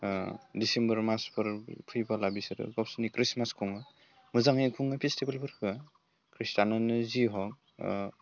December मासफोर फैबोला बिसोर गावसोरनि ख्रिस्टमास खुङो मोजाङै खुङो फेस्टिभेलफोरखौ ख्रिस्टियानानो जि हक